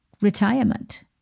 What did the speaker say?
retirement